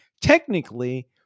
Technically